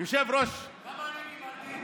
יושב-ראש, כמה אני קיבלתי?